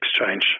exchange